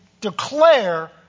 declare